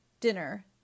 dinner